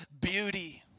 beauty